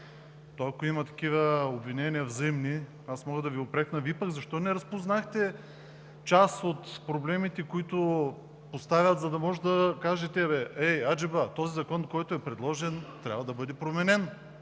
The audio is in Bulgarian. Ако има такива взаимни обвинения, аз мога да Ви упрекна – Вие пък защо не разпознахте част от проблемите, които поставят, за да може да кажете: „Абе, ей, аджеба, този закон, който е предложен, трябва да бъде променен.“